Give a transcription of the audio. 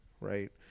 right